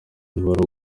ntiwari